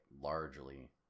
largely